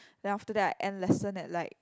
then after that I end lesson at like